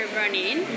running